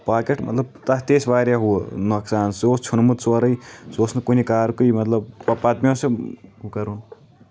pocket مطلب تتھ تہِ ٲسۍ واریاہ ہُہ نۄقصان سُہ اوس ژھیونمُت سورُے سُہ اوس نہٕ کُنہِ کارکُے مطلب پتہٕ نیوٗ سُہ ہُہ کرُن